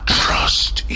trust